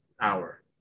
hour